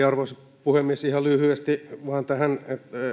arvoisa puhemies ihan lyhyesti vain tähän